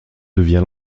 devient